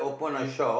if